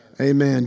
amen